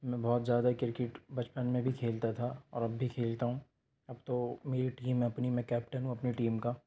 میں بہت زیادہ کرکٹ بچپن میں بھی کھیلتا تھا اور اب بھی کھیلتا ہوں اب تو میری ٹیم ہے اپنی میں کیپٹن ہوں اپنی ٹیم کا